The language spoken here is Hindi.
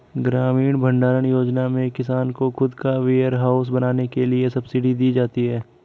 ग्रामीण भण्डारण योजना में किसान को खुद का वेयरहाउस बनाने के लिए सब्सिडी दी जाती है